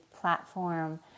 platform